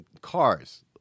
cars